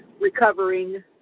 recovering